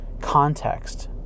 context